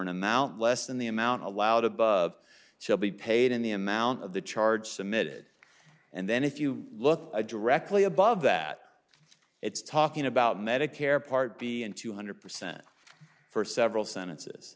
an amount less than the amount allowed above shall be paid in the amount of the charge submitted and then if you look at directly above that it's talking about medicare part b and two hundred percent for several sentences